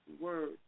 word